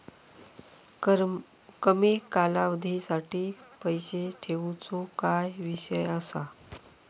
कमी कालावधीसाठी पैसे ठेऊचो काय विषय असा?